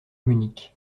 munich